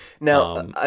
Now